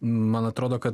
man atrodo kad